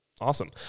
awesome